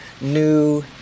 new